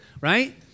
right